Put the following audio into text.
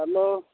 hello